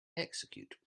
execute